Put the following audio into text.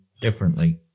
differently